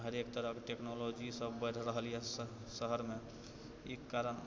हरेक तरहके टेक्नोलॉजी सब बढ़ि रहल यऽ शहरमे ई कारण